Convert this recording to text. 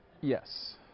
Yes